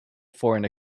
foreign